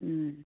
ও